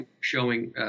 Showing